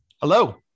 Hello